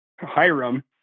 Hiram